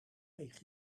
eich